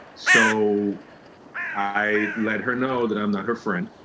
so i let her know that i'm not her friend,